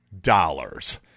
dollars